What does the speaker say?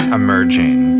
emerging